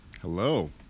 Hello